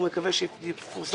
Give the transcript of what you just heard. הוא מקווה שיפורסם הדוח,